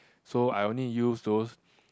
so I only use those